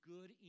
Good